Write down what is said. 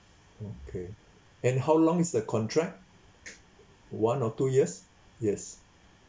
okay then how long is the contract one or two years yes